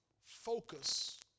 focus